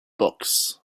books